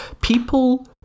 people